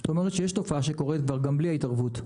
זאת אומרת שיש תופעה שקורית גם ללא ההתערבות.